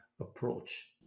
approach